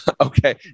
okay